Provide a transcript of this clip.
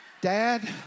Dad